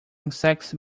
insects